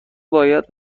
باید